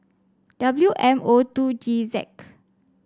W M O two G Z